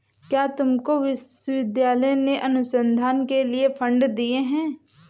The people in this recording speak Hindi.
क्या तुमको विश्वविद्यालय ने अनुसंधान के लिए फंड दिए हैं?